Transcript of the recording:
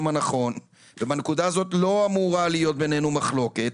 הנכון ובנקודה הזאת לא אמורה להיות ביננו מחלוקת,